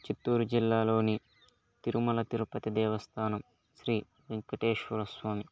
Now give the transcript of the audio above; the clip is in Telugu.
చిత్తూరు జిల్లాల్లోని తిరుమల తిరుపతి దేవస్థానం శ్రీ వెంకటేశ్వర స్వామి